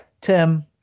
Tim